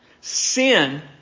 Sin